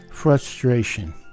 Frustration